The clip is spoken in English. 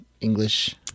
English